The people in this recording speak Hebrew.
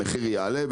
המחיר יעלה,